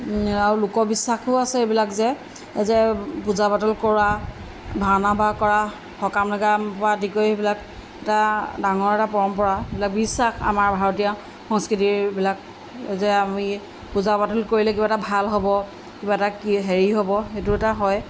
লোক লোকিশ্বাসো আছে এইবিলাক যে যে পূজা পাতল কৰা ভাওনা বাঁহ কৰা সকাম লগাম পৰা আদি কৰি এইবিলাক এটা ডাঙৰ এটা পৰম্পৰা এইবিলাক বিশ্বাস আমাৰ ভাৰতীয় সংস্কৃতিৰবিলাক যে আমি পূজা পাতল কৰিলে কিবা এটা ভাল হ'ব কিবা এটা কি হেৰি হ'ব সেইটো এটা হয়